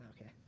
Okay